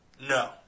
No